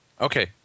Okay